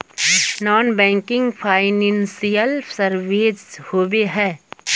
Non banking financial services होबे है?